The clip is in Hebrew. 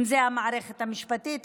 אם זו המערכת המשפטית,